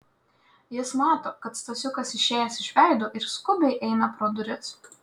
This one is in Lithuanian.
jis mato kad stasiukas išėjęs iš veido ir skubiai eina pro duris